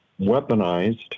weaponized